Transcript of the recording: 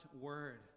word